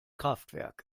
kraftwerk